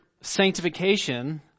sanctification